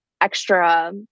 extra